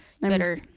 better